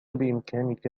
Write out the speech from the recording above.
بإمكانك